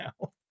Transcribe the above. now